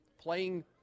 playing